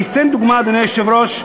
אני אתן דוגמה, אדוני היושב-ראש.